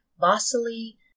Vasily